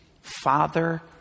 father